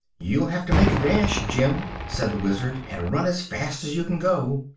you'll have to make a dash, jim, said the wizard, and run as fast as you can go.